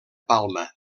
palma